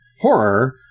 horror